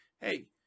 hey